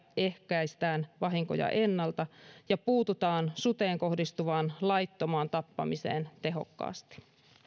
ehkäistään vahinkoja ennalta ja puututaan suteen kohdistuvaan laittomaan tappamiseen tehokkaasti